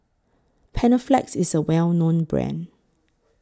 Panaflex IS A Well known Brand